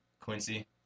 Quincy